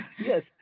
Yes